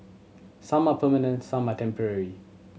some are permanent some are temporary